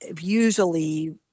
usually